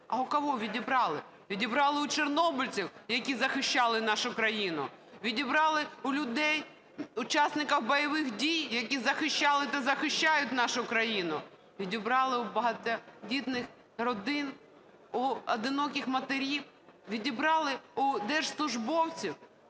А у кого відібрали? Відібрали у чорнобильців, які захищали нашу країну. Відібрали у людей, учасників бойових дій, які захищали та захищають нашу країну. Відібрали у багатодітних родин, у одиноких матерів, відібрали у держслужбовців,